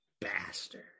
bastard